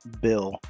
bill